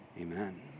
Amen